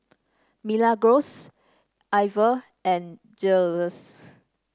Milagros Iver and Giles